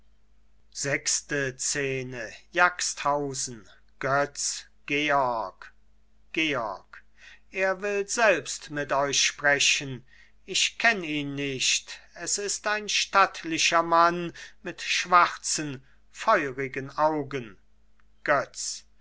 götz georg georg er will selbst mit euch sprechen ich kenn ihn nicht es ist ein stattlicher mann mit schwarzen feurigen augen götz